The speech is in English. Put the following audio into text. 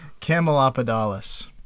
Camelopardalis